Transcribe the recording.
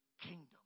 Kingdom